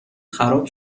خراب